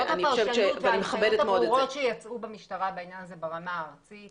זאת הפרשנות ואלה ההנחיות הברורות שיצאו במשטרה בעניין הזה ברמה הארצית